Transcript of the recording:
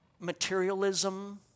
Materialism